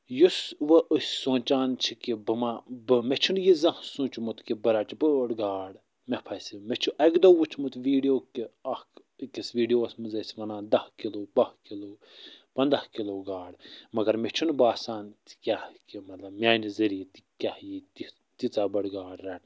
یُس وۄنۍ أسۍ سونٛچان چھِ کہِ بہٕ ما بہٕ مےٚ چھُنہٕ یہِ زانٛہہ سونٛچمُت کہِ بہٕ رَچہٕ بٲڑ گاڈ مےٚ پھَسہِ مےٚ چھُ اَکہِ دۄہ وٕچھمُت ویٖڈیو کہِ اکھ أکِس ویٖڈیووَس منٛز ٲسۍ وَنان دَہ کِلوٗ بَہہ کِلوٗ پنٛداہ کِلوٗ گاڈ مگر مےٚ چھُنہٕ باسان تہِ کیٛاہ ہیٚکہِ مطلب میٛانہِ ذٔریعہ تہِ کیٛاہ یی تِژھ تیٖژاہ بٔڑ گاڈ رَٹنہٕ